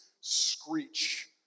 screech